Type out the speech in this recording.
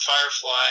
Firefly